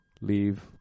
leave